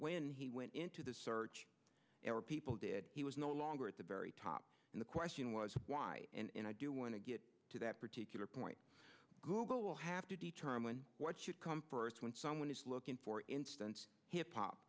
when he went into the search people did he was no longer at the very top and the question was why and i do want to get to that particular point google will have to determine what should come first when someone is looking for instance hip hop